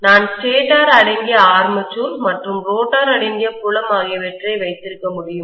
நான் ஸ்டேட்டர் அடங்கிய ஆர்மேச்சர் மற்றும் ரோட்டார் அடங்கிய புலம் ஆகியவற்றை வைத்திருக்க முடியும்